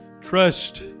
trust